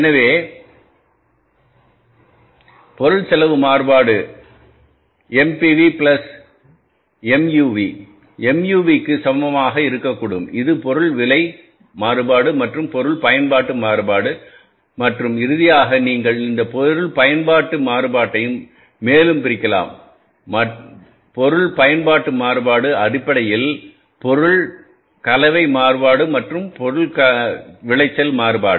எனவே பொருள் செலவு மாறுபாடு MPV பிளஸ் MUV MUV க்கு சமமாக இருக்கக்கூடும் இது பொருள் விலை மாறுபாடு மற்றும் பொருள் பயன்பாட்டு மாறுபாடு மற்றும் இறுதியாக நீங்கள் இந்த பொருள் பயன்பாட்டு மாறுபாட்டையும் மேலும் பிரிக்கலாம் மற்றும் பொருள் பயன்பாட்டு மாறுபாடு அடிப்படையில் பொருள் பொருள் கலவை மாறுபாடு மற்றும் பொருள் கலவை மாறுபாடு மற்றும் பொருள் விளைச்சல் மாறுபாடு